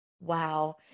wow